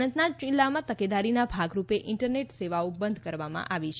અનંતનાગ જિલ્લામાં તકેદારીના ભાગરૂપે ઇન્ટરનેટ સેવાઓ બંધ કરવામાં આવી છે